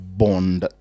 bond